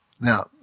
Now